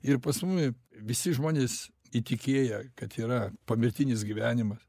ir pas mumi visi žmonės įtikėję kad yra pomirtinis gyvenimas